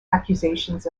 accusations